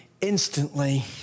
instantly